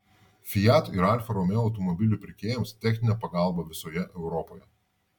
fiat ir alfa romeo automobilių pirkėjams techninė pagalba visoje europoje